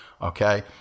Okay